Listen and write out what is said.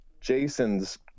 Jason's